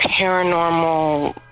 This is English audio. paranormal